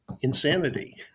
insanity